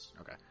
Okay